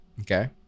Okay